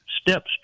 steps